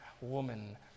woman